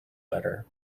better